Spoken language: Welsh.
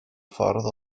ffordd